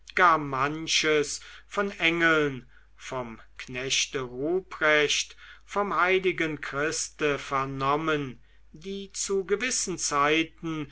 manches von engeln vom knechte ruprecht vom heiligen christe vernommen die zu gewissen zeiten